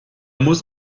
muss